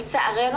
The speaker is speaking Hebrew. לצערנו,